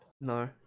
No